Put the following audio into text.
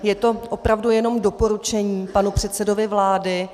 Je to opravdu jenom doporučení panu předsedovi vlády.